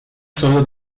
sólo